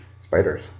Spiders